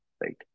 right